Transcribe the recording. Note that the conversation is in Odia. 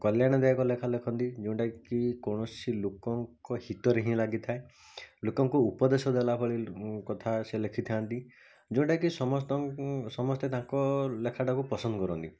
କଲ୍ୟାଣ ଦାୟକ ଲେଖା ଲେଖନ୍ତି ଯେଉଁଟାକୁ କୌଣସି ଲୁକଙ୍କ ହିତରେ ହିଁ ଲାଗିଥାଏ ଲୁକଙ୍କୁ ଉପଦେଶ ଦେଲାଭଳି କଥା ସେ ଲେଖିଥାନ୍ତି ଯେଉଁଟାକି ସମସ୍ତଙ୍କୁ ସମସ୍ତେ ତାଙ୍କ ଲେଖାଟା କୁ ପସନ୍ଦକରନ୍ତି